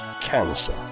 cancer